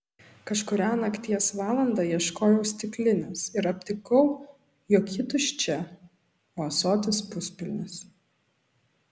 kažkurią nakties valandą ieškojau stiklinės ir aptikau jog ji tuščia o ąsotis puspilnis